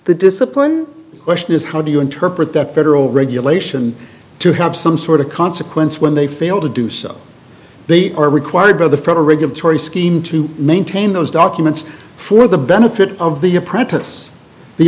the discipline question is how do you interpret that federal regulation to have some sort of consequence when they fail to do so they are required by the federal regulatory scheme to maintain those documents for the benefit of the apprentice the